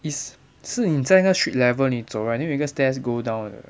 it's 是你在那 street level 你走 right then 有一个 stairs go down 的